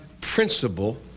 principle